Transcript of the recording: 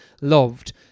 loved